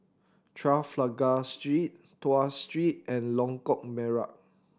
Trafalgar Street Tuas Street and Lengkok Merak